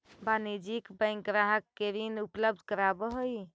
वाणिज्यिक बैंक ग्राहक के ऋण उपलब्ध करावऽ हइ